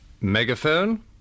Megaphone